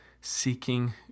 seeking